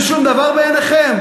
זה שום דבר בעיניכם?